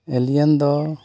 ᱮᱞᱤᱭᱟᱱ ᱫᱚ